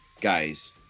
guys